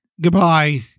Goodbye